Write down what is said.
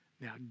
Now